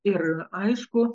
ir aišku